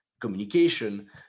communication